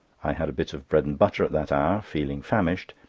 i had a bit of bread-and-butter at that hour, feeling famished,